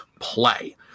play